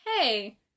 hey